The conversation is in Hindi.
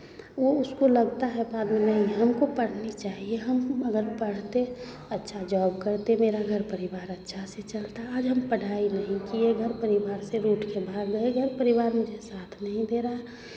वो उसको लगता है बाद में नहीं हमको पढ़नी चाहिए हम अगर पढ़ते अच्छा जॉब करते मेरा घर परिवार अच्छा से चलता आज हम पढ़ाई नहीं किये घर परिवार से रूठ के भाग गए घर परिवार मुझे साथ नहीं दे रहा